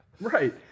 Right